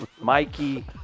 Mikey